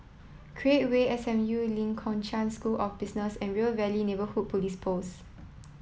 create Way S M U Lee Kong Chian School of Business and River Valley Neighbourhood Police Post